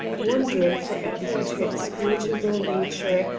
wondering for ever at her inscrutable nature,